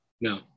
no